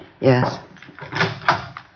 Yes